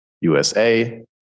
USA